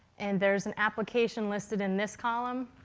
and there's an application listed in this column,